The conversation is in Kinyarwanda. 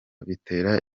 bitera